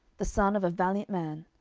the son of a valiant man,